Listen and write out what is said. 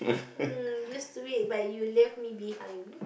mm used to it but you left me behind